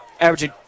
averaging